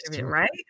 right